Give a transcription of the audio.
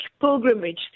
pilgrimage